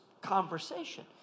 conversation